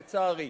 לצערי.